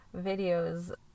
videos